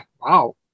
wow